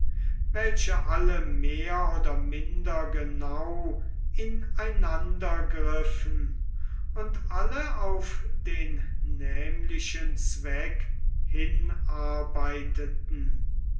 welche alle mehr oder minder genau in einander griffen und alle auf den nämlichen zweck hinarbeiteten